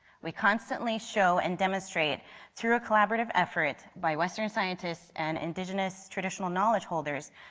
we constantly show and demonstrate through a collaborative effort by western scientists and indigenous traditional knowledge holders,